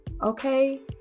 Okay